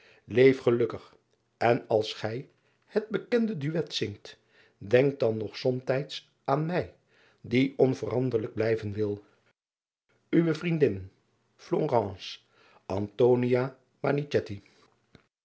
eef gelukkig en als gij het bekende duet zingt denk dan nog somtijds aan mij die onveranderlijk blijven wil we riendin